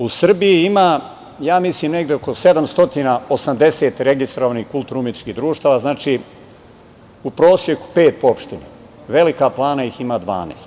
U Srbiji ima, mislim, negde oko 780 registrovanih kulturno-umetničkih društava, znači u proseku pet po opštini, a Velika Plana ih ima 12.